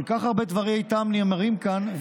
כל כך הרבה דברי טעם נאמרים כאן,